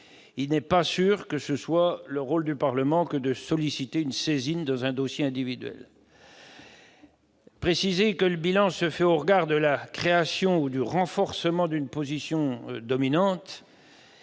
Il n'est pas sûr que ce soit le rôle du Parlement de solliciter une saisine dans un dossier individuel. Cet amendement tend également à préciser que le bilan se fait au regard de la création ou du renforcement d'une position dominante.